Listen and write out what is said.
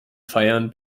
feiern